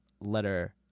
letter